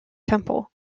temple